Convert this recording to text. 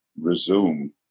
resume